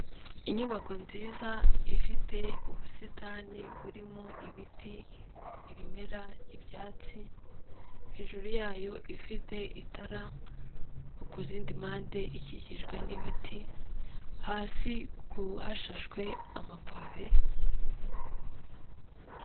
Inyubako nziza ifite ubusitani burimo ibiti, ibimera, ibyatsi, hejuru yayo ifite itara, ku zindi mpande ikikijwe n'ibiti, hasi ku hashashwe amapave...